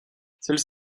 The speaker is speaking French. celles